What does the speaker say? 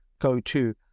go-to